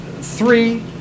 three